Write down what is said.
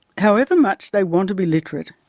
however much they want to be literate,